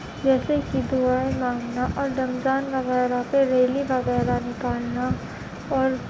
جیسے کہ دعائیں مانگنا اور رمضان وغیرہ پہ ریلی وغیرہ نکالنا اور